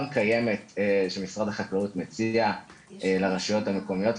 קיימת שמשרד החקלאות מציע לרשויות המקומיות,